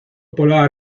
polar